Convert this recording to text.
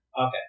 Okay